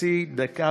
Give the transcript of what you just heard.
חצי דקה,